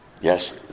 Yes